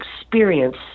experience